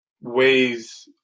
ways